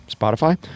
Spotify